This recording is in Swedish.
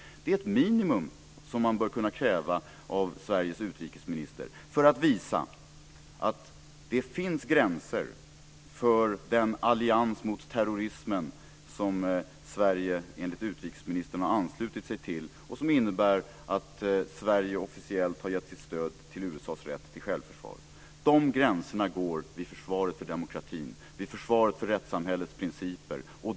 Det är det minsta man bör kunna kräva av Sveriges utrikesminister. Hon måste visa att det finns gränser för den allians mot terrorismen som hon säger att Sverige har anslutit sig till och som innebär att Sverige officiellt har gett sitt stöd för USA:s rätt till självförsvar. De gränserna går vid försvaret för demokratin och vid försvaret för rättssamhällets principer.